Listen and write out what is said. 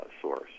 source